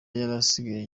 yarasigaye